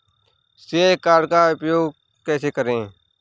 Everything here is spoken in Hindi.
श्रेय कार्ड का उपयोग कैसे करें?